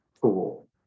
cool